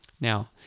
Now